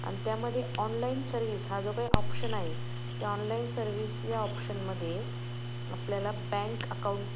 आणि त्यामध्ये online service हा जो काही ऑप्शन आहे त्या ऑनलाईन सर्व्हिस या ऑप्शनमध्ये आपल्याला बँक अकाऊंट